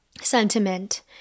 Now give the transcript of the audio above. sentiment